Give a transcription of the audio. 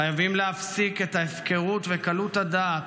חייבים להפסיק את ההפקרות ואת קלות הדעת